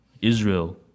Israel